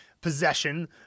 possession